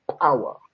power